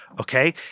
Okay